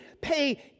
pay